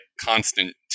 constant